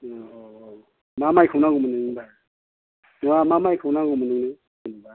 अ मा माइखौ नांगौमोन नोंनोलाय नङा मा माइखौ नांगौमोन नोंनो जेनेबा